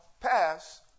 pass